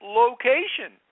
location